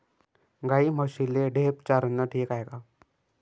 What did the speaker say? गाई म्हशीले ढेप चारनं ठीक हाये का?